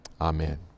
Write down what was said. Amen